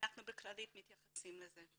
ואנחנו בכללית מתייחסים לזה.